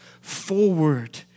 forward